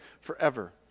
forever